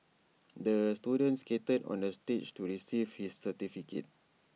the student skated onto the stage to receive his certificate